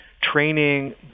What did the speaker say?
training